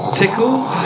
tickled